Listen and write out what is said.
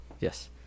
Yes